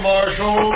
Marshal